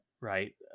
right